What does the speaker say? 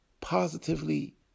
positively